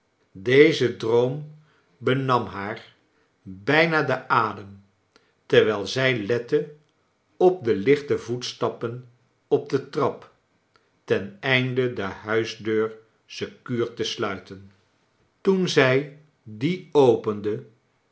deze droom benam haar bijna den adem terwijl zij lette op de lichte voetstappen op de trap ten einde de huisdeur secuur te sluiten toen zij die opende